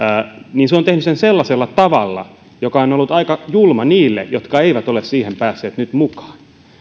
se on tehnyt sen sellaisella tavalla joka on ollut aika julma niille jotka eivät ole siihen päässeet nyt mukaan